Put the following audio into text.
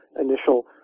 initial